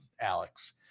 Alex